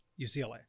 UCLA